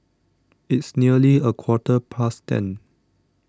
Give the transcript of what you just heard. its nearly a quarter past ten